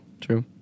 True